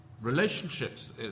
relationships